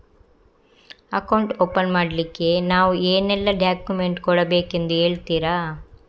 Account open ಮಾಡ್ಲಿಕ್ಕೆ ನಾವು ಏನೆಲ್ಲ ಡಾಕ್ಯುಮೆಂಟ್ ಕೊಡಬೇಕೆಂದು ಹೇಳ್ತಿರಾ?